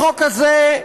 החוק הזה,